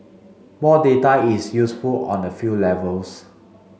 more data is useful on a few levels